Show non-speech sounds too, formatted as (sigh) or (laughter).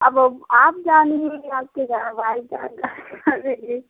अब वो आप जानिए आप के (unintelligible)